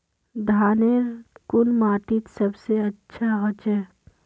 धानेर कुन माटित सबसे अच्छा होचे?